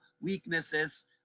weaknesses